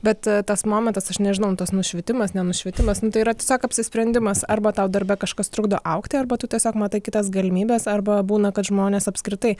bet tas momentas aš nežinau nu tas nušvitimas ne nušvitimas nu tai yra tiesiog apsisprendimas arba tau darbe kažkas trukdo augti arba tu tiesiog matai kitas galimybes arba būna kad žmonės apskritai